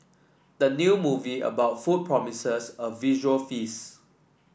the new movie about food promises a visual feast